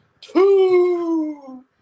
two